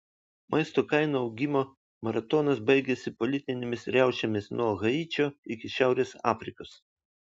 maisto kainų augimo maratonas baigėsi politinėmis riaušėmis nuo haičio iki šiaurės afrikos